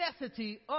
necessity